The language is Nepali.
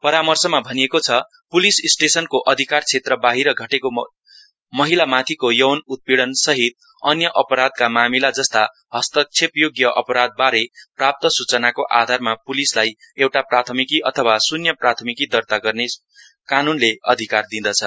परामर्शमा भनिएको छ पुलिस स्टेशनको अधिकार क्षेत्र बाहिर घटेको महिलामाथिको यौन उत्पीडनसहित अन्य अपराधका मामिला जस्ता हस्तक्षेप योग्य अपराधवारे प्राप्त सूचनाको आधारमा पुलिसलाई एउटा प्राथमिकि अथवा शुन्य प्राथमिकि दर्ता गर्ने कानूनले अधिकार दिँदछ